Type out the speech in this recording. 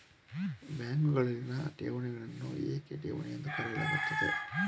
ಬ್ಯಾಂಕುಗಳಲ್ಲಿನ ಠೇವಣಿಗಳನ್ನು ಏಕೆ ಠೇವಣಿ ಎಂದು ಕರೆಯಲಾಗುತ್ತದೆ?